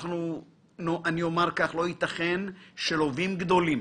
לא ייתכן שלווים גדולים